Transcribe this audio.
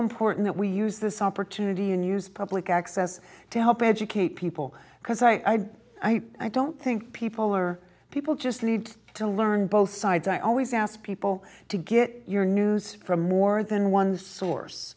important that we use this opportunity and use public access to help educate people because i i don't think people are people just need to learn both sides i always ask people to get your news from more than one source